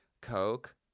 Coke